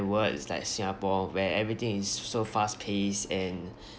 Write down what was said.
world is like singapore where everything is so fast pace and